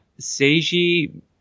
Seiji